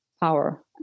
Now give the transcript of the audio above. power